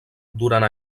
durant